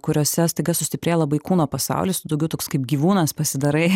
kuriose staiga sustiprėja labai kūno pasaulis tu daugiau toks kaip gyvūnas pasidarai